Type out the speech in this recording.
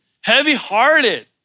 heavy-hearted